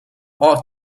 ought